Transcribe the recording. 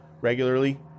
regularly